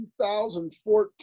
2014